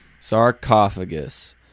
Sarcophagus